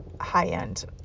high-end